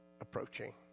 approaching